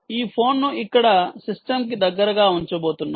ఈ ఫోన్ను ఇక్కడ సిస్టమ్కి దగ్గరగా ఉంచబోతున్నారు